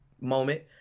moment